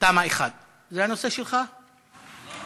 תמ"א 1, הצעות לסדר-היום מס' 2556, 2559 ו-2642.